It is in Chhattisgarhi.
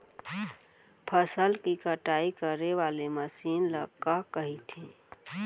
फसल की कटाई करे वाले मशीन ल का कइथे?